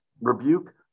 rebuke